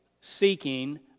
seeking